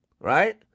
right